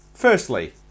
Firstly